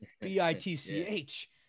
B-I-T-C-H